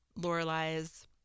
Lorelai's